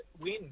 win